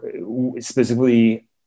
specifically